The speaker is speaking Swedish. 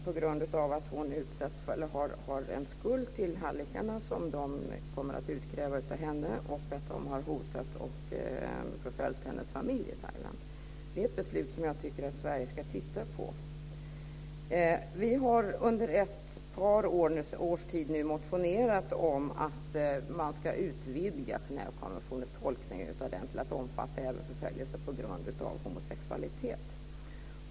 Hon har nämligen en skuld till hallickarna som de kommer att utkräva av henne, och de har hotat och förföljt hennes familj i Thailand. Det är ett beslut som jag tycker att Sverige ska titta på. Vi har under ett par års tid nu motionerat om att man ska utvidga tolkningen av Genèvekonventionen till att omfatta även förföljelse på grund av homosexualitet.